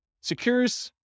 secures